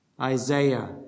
Isaiah